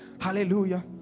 hallelujah